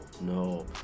no